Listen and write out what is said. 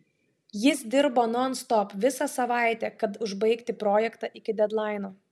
jis dirbo nonstop visą savaitę kad užbaigti projektą iki dedlaino